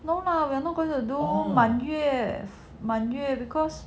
no lah we are not going to the do 满月满月 because